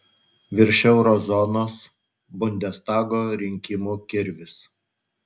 virš euro zonos bundestago rinkimų kirvis